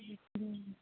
हम्म